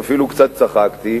אפילו קצת צחקתי.